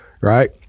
right